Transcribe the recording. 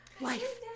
life